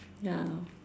ya